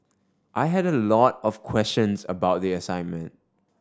I had a lot of questions about the assignment